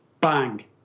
bang